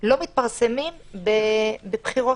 לא מתפרסמים בבחירות.